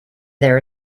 there